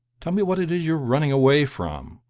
tell me what it is you're running away from,